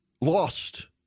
lost